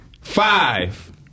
Five